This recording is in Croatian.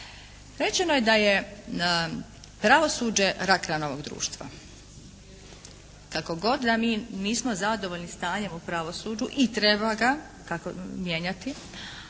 Rečeno je da je pravosuđe rak rana ovog društva. Kako god da mi nismo zadovoljni stanjem u pravosuđu i treba ga mijenjati